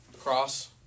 cross